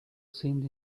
seemed